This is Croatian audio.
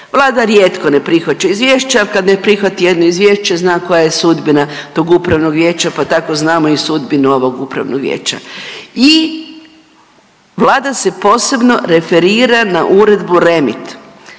Vlada rijetko ne prihvaća izvješće, ali kad ne prihvati jedno izvješće zna koja je sudbina tog upravnog vijeća, pa tako znamo i sudbinu ovog upravnog vijeća. I Vlada se posebno referira na Uredbu REMIT.